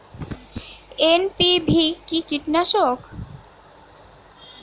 NPV কি কীটনাশক?